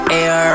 air